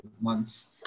months